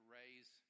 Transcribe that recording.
raise